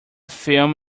film